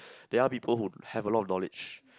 there are people who have a lot of knowledge